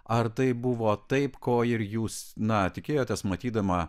ar tai buvo taip ko ir jūs na tikėjotės matydama